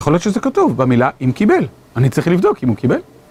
יכול להיות שזה כתוב במילה אם קיבל, אני צריך לבדוק אם הוא קיבל.